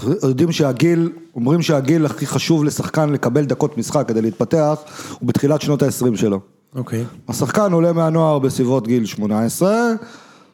‫אומרים שהגיל הכי חשוב לשחקן ‫לקבל דקות משחק כדי להתפתח, ‫הוא בתחילת שנות ה-20 שלו. ‫-אוקיי. ‫השחקן עולה מהנוער ‫בסביבות גיל 18.